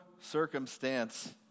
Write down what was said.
circumstance